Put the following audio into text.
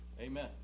Amen